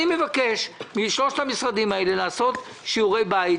אני מבקש משלושת המשרדים האלה לעשות שיעורי בית.